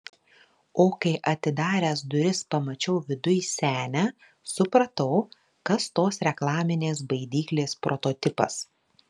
o kai atidaręs duris pamačiau viduj senę supratau kas tos reklaminės baidyklės prototipas